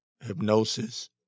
hypnosis